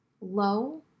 low